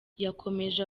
yakomeje